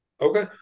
Okay